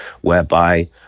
whereby